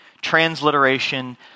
transliteration